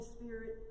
Spirit